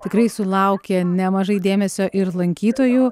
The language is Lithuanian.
tikrai sulaukė nemažai dėmesio ir lankytojų